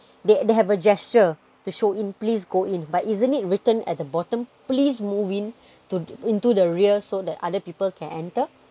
they they have a gesture to show in please go in but isn't it written at the bottom please move in to into the rear so that other people can enter